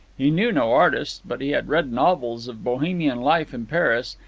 he knew no artists, but he had read novels of bohemian life in paris,